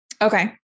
Okay